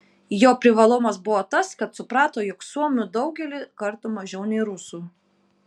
jo privalumas buvo tas kad suprato jog suomių daugelį kartų mažiau nei rusų